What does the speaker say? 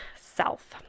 self